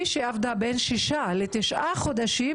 מי שעבדה בין שישה לתשעה חודשים,